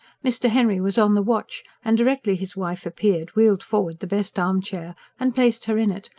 mr. henry was on the watch, and directly his wife appeared wheeled forward the best armchair and placed her in it,